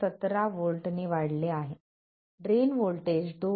17 volt ने वाढले आहे ड्रेन व्होल्टेज 2